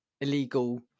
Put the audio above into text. illegal